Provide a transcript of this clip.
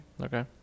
Okay